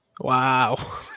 Wow